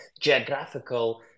geographical